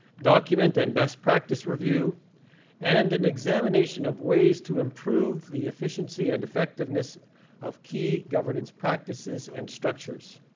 document and best practice review and an examination of ways to improve the efficiency and effectiveness of key governance practices and structures.